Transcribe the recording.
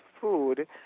food